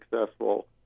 successful